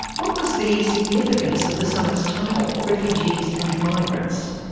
what was the significance of the summit's title, refugees and migrants?